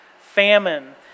famine